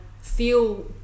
feel